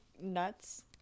nuts